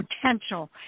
potential